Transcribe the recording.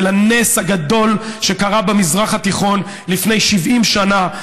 של הנס הגדול שקרה במזרח התיכון לפני 70 שנה.